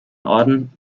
orden